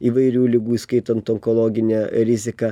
įvairių ligų įskaitant onkologinę riziką